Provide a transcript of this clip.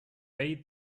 bade